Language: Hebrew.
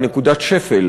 היא נקודת שפל